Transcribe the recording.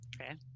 Okay